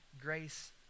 grace